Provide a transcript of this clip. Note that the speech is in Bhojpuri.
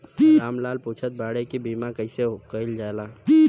राम लाल पुछत बाड़े की बीमा कैसे कईल जाला?